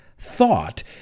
thought